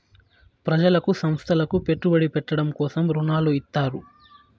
ప్రజలకు సంస్థలకు పెట్టుబడి పెట్టడం కోసం రుణాలు ఇత్తారు